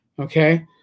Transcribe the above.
okay